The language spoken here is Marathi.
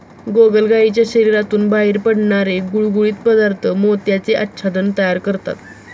गोगलगायीच्या शरीरातून बाहेर पडणारे गुळगुळीत पदार्थ मोत्याचे आच्छादन तयार करतात